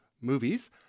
movies